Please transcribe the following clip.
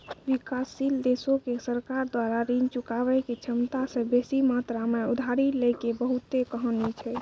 विकासशील देशो के सरकार द्वारा ऋण चुकाबै के क्षमता से बेसी मात्रा मे उधारी लै के बहुते कहानी छै